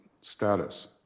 status